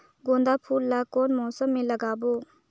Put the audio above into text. गेंदा फूल ल कौन मौसम मे लगाबो?